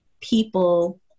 people